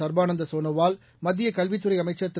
சர்பானந்த சோனோவால் மத்திய கல்வித்துறை அமைச்சர் திரு